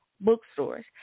bookstores